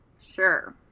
Sure